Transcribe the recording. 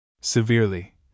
Severely